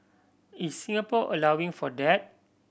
is Singapore allowing for that